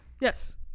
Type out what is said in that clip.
Yes